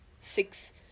six